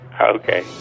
Okay